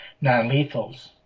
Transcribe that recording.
Non-Lethals